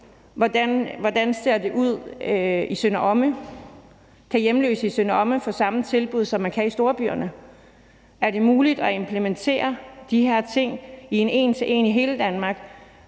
hvordan det ser ud i Sønder Omme. Kan hjemløse i Sønder Omme få samme tilbud, som man kan i storbyerne? Er det muligt at implementere de her ting en til en i hele Danmark?